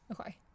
Okay